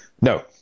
No